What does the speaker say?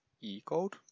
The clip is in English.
e-code